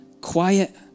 Quiet